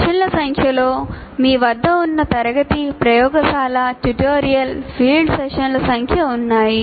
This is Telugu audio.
సెషన్ల సంఖ్యలో మీ వద్ద ఉన్న తరగతి ప్రయోగశాల ట్యుటోరియల్ ఫీల్డ్ సెషన్ల సంఖ్య ఉన్నాయి